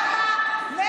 למה?